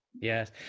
yes